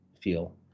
feel